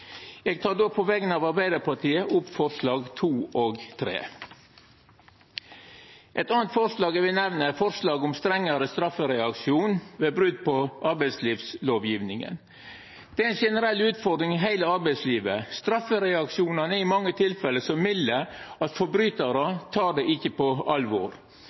Eg tek då på vegner av Arbeidarpartiet, Senterpartiet og SV opp forslaga nr. 2 og 3. Eit anna forslag eg vil nemna, er forslaget om strengare straffereaksjon ved brot på arbeidslivslovgjevinga. Det er ei generell utfordring i heile arbeidslivet. Straffereaksjonane er i mange tilfelle så milde at forbrytarar ikkje tek dei på alvor.